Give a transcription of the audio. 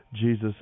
Jesus